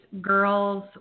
girls